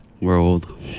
World